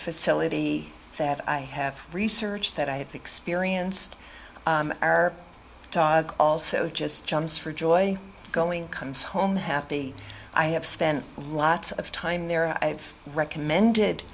facility that i have researched that i have experienced our dog also just jumps for joy going comes home happy i have spent lots of time there i've recommended